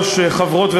יסכם את הדיון חבר הכנסת